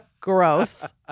Gross